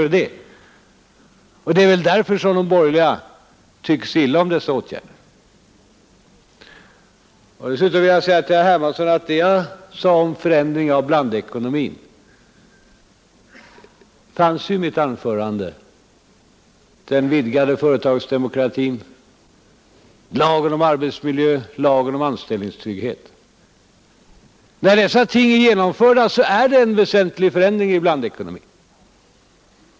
Det är väl därför som de borgerliga tycker så illa om dessa åtgärder. Dessutom vill jag säga till herr Hermansson att jag i mitt anförande talade om åtgärder som innebär en förändring av blandekonomin — den vidgade företagsdemokratin, lagen om arbetsmiljö, lagen om anställningstrygghet. När dessa ting är genomförda så är det en väsentlig förändring i blandekonomin.